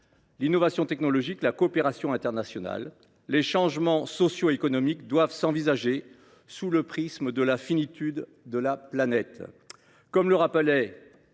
L’innovation technologique, la coopération internationale, les changements sociaux et économiques doivent s’envisager sous le prisme de la finitude de la planète. Kenneth Boulding